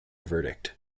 verdict